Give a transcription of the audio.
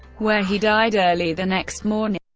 where he died early the next morning.